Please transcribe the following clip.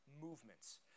movements